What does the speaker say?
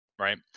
right